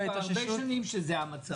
זה כבר הרבה שנים שזה המצב.